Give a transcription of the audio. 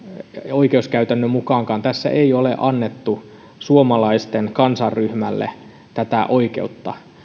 oikeuskäytännön mukaankaan tässä ei ole annettu suomalaisten kansanryhmälle tätä oikeutta